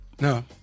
No